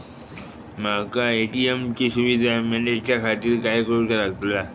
माका ए.टी.एम ची सुविधा मेलाच्याखातिर काय करूचा लागतला?